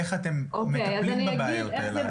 איך אתם מטפלים בבעיות האלה,